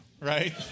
right